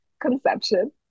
conception